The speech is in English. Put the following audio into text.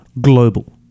global